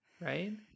right